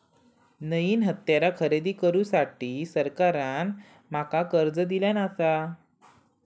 नईन हत्यारा खरेदी करुसाठी सरकारान माका कर्ज दिल्यानं आसा